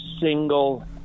single